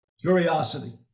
Curiosity